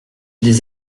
des